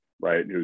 right